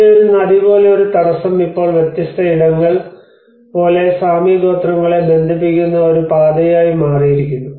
ഇവിടെ ഒരു നദി പോലെ ഒരു തടസ്സം ഇപ്പോൾ വ്യത്യസ്ത ഇടങ്ങൾ പോലെ സാമി ഗോത്രങ്ങളെ ബന്ധിപ്പിക്കുന്ന ഒരു പാതയായി മാറിയിരിക്കുന്നു